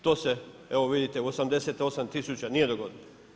To se evo vidite u 88 tisuća nije dogodilo.